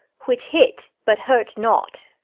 which hit, but hurt not.